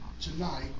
tonight